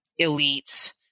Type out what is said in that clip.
elites